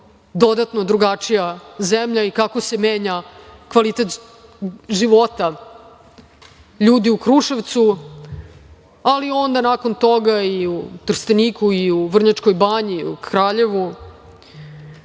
dodatno drugačija zemlja i kako se menja kvalitet života ljudi u Kruševcu, ali onda nakon toga i u Trsteniku, Vrnjačkoj banji,